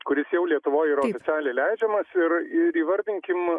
kuris jau lietuvoj yra oficialiai leidžiamas ir ir įvardinkim